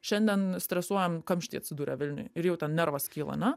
šiandien stresuojam kamštyje atsidurę vilniuj ir jau ten nervas skyla ane